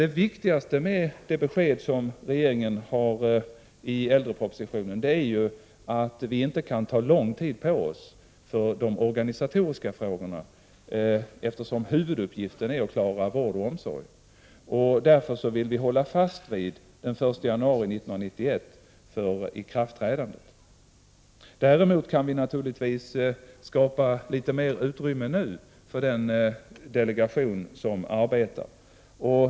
Det viktigaste med det besked som regeringen ger i äldrepropositionen är att vi inte kan ta lång tid på oss för de organisatoriska frågorna, eftersom huvuduppgiften är att klara vård och omsorg. Därför vill vi hålla fast vid den 1 januari 1991 för ikraftträdandet. Däremot kan vi nu skapa litet mer utrymme för den delegation som arbetar.